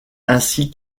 ainsi